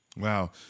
Wow